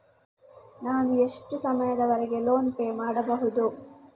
ನಾನು ಎಷ್ಟು ಸಮಯದವರೆಗೆ ಲೋನ್ ಪೇ ಮಾಡಬೇಕು?